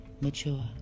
mature